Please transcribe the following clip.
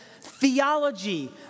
theology